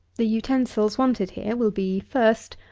the utensils wanted here will be, first,